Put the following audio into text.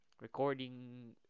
recording